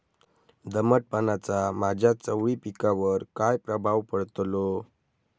दमटपणाचा माझ्या चवळी पिकावर काय प्रभाव पडतलो?